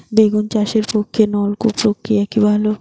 বেগুন চাষের পক্ষে নলকূপ প্রক্রিয়া কি ভালো?